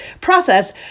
process